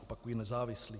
Opakuji nezávislý.